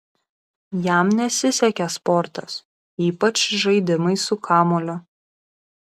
jam nesisekė sportas ypač žaidimai su kamuoliu